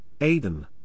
Aiden